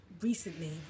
recently